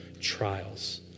Trials